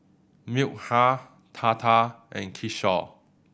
Milkha Tata and Kishore